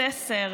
(בחירת ראש הרשות וסגניו וכהונתם)